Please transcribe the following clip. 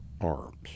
Arms